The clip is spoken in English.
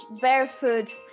barefoot